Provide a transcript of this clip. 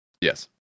Yes